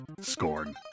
Scorn